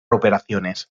operaciones